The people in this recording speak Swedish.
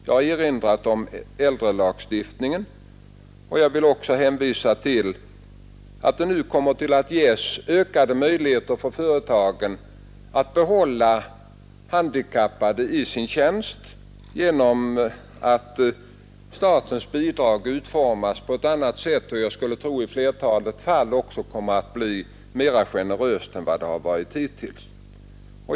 Jag har tidigare erinrat om äldrelagstiftningen och vill nu också hänvisa till att det kommer att ges ökade möjligheter för företagen att ha handikappade i sin tjänst genom att statsbidraget utformats på annat och i flertalet fall också mera generöst sätt än tidigare.